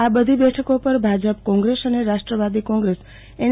આ બધી બેઠકો પર ભાજપ કોંગ્રેસ અને રાષ્ટ્રવાદી કોંગ્રેસ એન